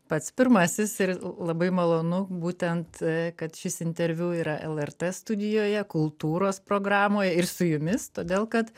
pats pirmasis ir labai malonu būtent kad šis interviu yra lrt studijoje kultūros programoje ir su jumis todėl kad